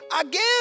Again